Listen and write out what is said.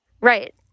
Right